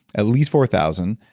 at least four thousand.